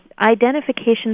identification